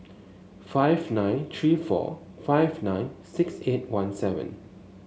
five nine three four five nine six eight one seven